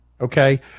Okay